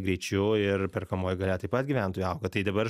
greičiu ir perkamoji galia taip pat gyventojų auga tai dabar